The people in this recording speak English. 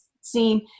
seem